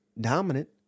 dominant